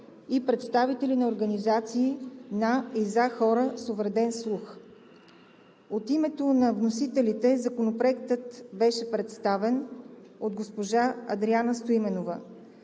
и представители на организации на и за хора с увреден слух. От името на вносителите Законопроектът беше представен от госпожа Адриана Стоименова.